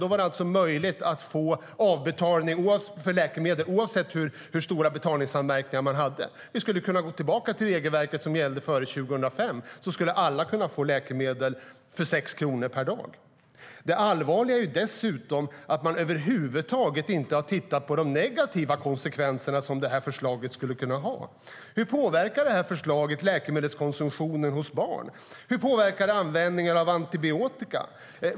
Då var det möjligt att få avbetalning för läkemedel, oavsett hur många betalningsanmärkningar man hade. Vi skulle kunna gå tillbaka till regelverket som gällde före 2005, så skulle alla kunna få läkemedel för 6 kronor per dag. Det allvarliga är dessutom att man över huvud taget inte har tittat på de negativa konsekvenser som förslaget skulle kunna ha. Hur påverkar förslaget läkemedelskonsumtionen hos barn? Hur påverkar det användningen av antibiotika?